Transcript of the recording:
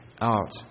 out